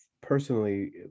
personally